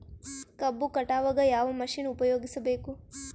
ಕಬ್ಬು ಕಟಾವಗ ಯಾವ ಮಷಿನ್ ಉಪಯೋಗಿಸಬೇಕು?